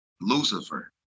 Lucifer